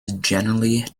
generally